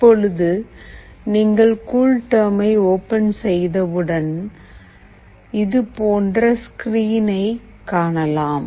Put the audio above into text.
இப்போது நீங்கள் கூல்டெர்மை ஓபன் செய்தவுடன் இதுபோன்ற ஸ்கிரீனை காணலாம்